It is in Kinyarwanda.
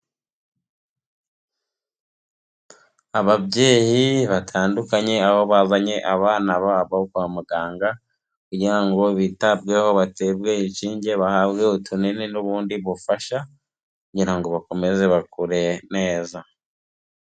Ababyeyi batandukanye aho bazanye abana babo kwa muganga kugira ngo bitabweho baterwe inshinge, bahabwe utunini n'ubundi bufasha kugira ngo bakomeze bakure neza.